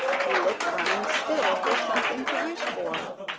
he looked round still for something to wish for,